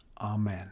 Amen